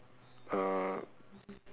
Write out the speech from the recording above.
uh